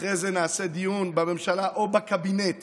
ואחרי זה יהיה דיון בממשלה או בקבינט